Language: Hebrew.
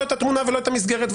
לא את התמונה ולא את המסגרת.